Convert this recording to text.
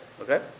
okay